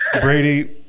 Brady